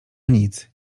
nic